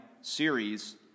series